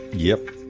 yep.